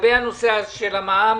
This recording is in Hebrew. לגבי הנושא של המע"מ,